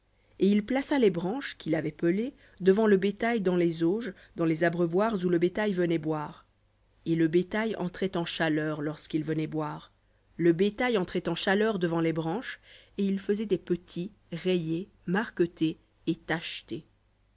et il plaça les branches qu'il avait pelées devant le bétail dans les auges dans les abreuvoirs où le bétail venait boire et le bétail entrait en chaleur lorsqu'il venait boire le bétail entrait en chaleur devant les branches et il faisait des petits rayés marquetés et tachetés